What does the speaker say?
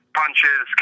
punches